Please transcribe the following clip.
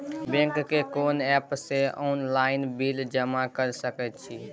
Bank के कोन app से ऑनलाइन बिल जमा कर सके छिए?